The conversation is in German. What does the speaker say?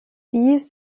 dies